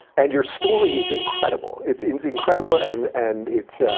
and your story is incredible. it's it's incredible and and it's